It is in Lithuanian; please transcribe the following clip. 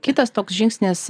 kitas toks žingsnis